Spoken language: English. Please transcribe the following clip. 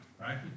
right